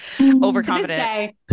overconfident